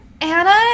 Anna